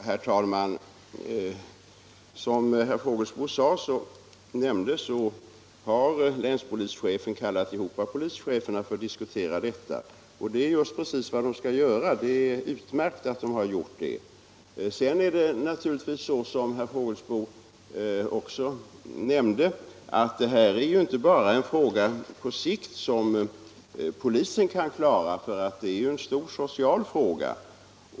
Herr talman! Som herr Fågelsbo nämnde har polischeferna i Hallands län kallats samman för att diskutera dessa problem, och det är precis vad de skall göra. Det är alldeles utmärkt. Sedan är det naturligtvis som herr Fågelsbo också nämnde, att detta inte bara är en fråga för polisen utan också en stor social fråga.